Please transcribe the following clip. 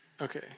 Okay